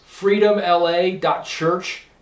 freedomla.church